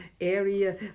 area